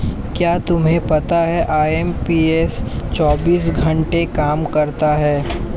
क्या तुम्हें पता है आई.एम.पी.एस चौबीस घंटे काम करता है